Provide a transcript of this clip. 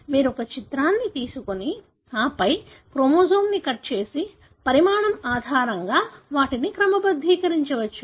మీరు ఒక చిత్రాన్ని తీసుకొని ఆపై క్రోమోజోమ్ను కట్ చేసి పరిమాణం ఆధారంగా వాటిని క్రమబద్ధీకరించవచ్చు